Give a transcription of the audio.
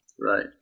Right